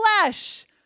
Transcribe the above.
flesh